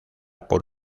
por